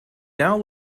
now